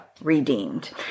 redeemed